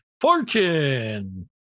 Fortune